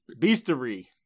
Beastery